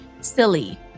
silly